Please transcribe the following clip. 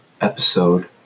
episode